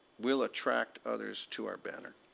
we'll attract others to our banner.